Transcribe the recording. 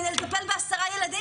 כדי לטפל ב-10 ילדים?